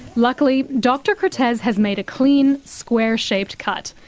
luckily, dr kertesz has has made a clean, squarish-shaped cut.